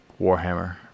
Warhammer